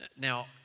Now